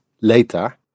later